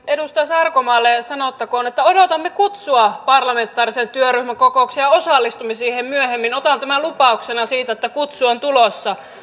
edustaja sarkomaalle sanottakoon että odotamme kutsua parlamentaarisen työryhmän kokoukseen ja osallistumme siihen myöhemmin otan tämän lupauksena siitä että kutsu on tulossa